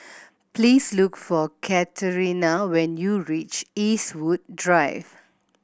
please look for Katharina when you reach Eastwood Drive